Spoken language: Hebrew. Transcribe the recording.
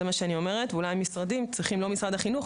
אולי המשרדים לא משרד החינוך,